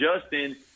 Justin